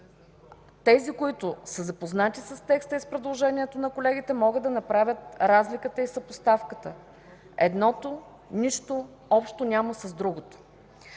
Тези, които са запознати с текста и с предложението на колегите, могат да направят разликата и съпоставката – едното няма нищо общо с другото.